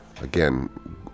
again